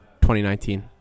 2019